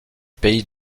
pays